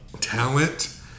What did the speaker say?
talent